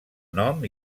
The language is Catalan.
nom